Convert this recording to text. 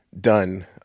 done